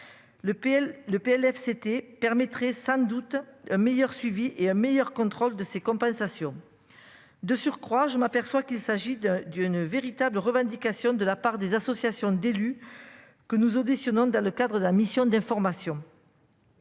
c'était permettrait sans doute un meilleur suivi et un meilleur contrôle de ces compensations. De surcroît, je m'aperçois qu'il s'agit de d'une véritable revendication de la part des associations d'élus. Que nous auditionnant dans le cadre de la mission d'information.